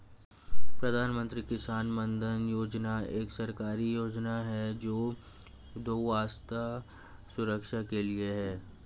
प्रधानमंत्री किसान मानधन योजना एक सरकारी योजना है जो वृद्धावस्था सुरक्षा के लिए है